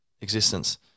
existence